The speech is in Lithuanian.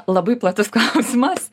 labai platus klausimas